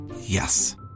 Yes